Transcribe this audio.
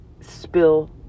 spill